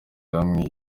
hamwe